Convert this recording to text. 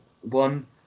one